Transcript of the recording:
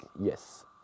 yes